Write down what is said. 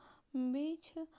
بیٚیہِ چھِ